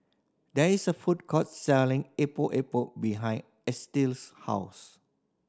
there is a food court selling Epok Epok behind Estill's house